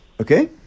Okay